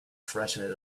freshen